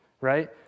right